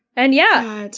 and yeah.